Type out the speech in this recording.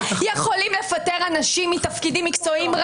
יכולים לפטר אנשים מתפקידים מקצועיים,